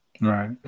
Right